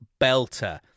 belter